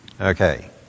Okay